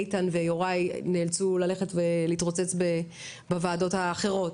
איתן ויוראי נאלצו ללכת ולהתרוצץ בוועדות האחרון,